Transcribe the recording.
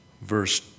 verse